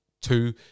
two